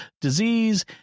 disease